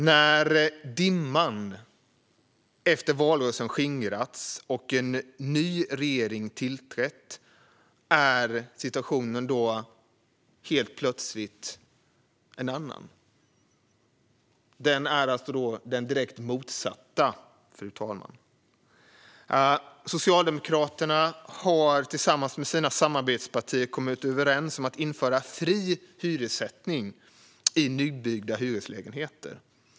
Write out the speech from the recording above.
När dimman efter valrörelsen skingrats och en ny regering tillträtt är situationen helt plötsligt en annan. Den är den direkt motsatta, fru talman. Socialdemokraterna har tillsammans med sina samarbetspartier kommit överens om att införa fri hyressättning i nybyggda hyreslägenheter.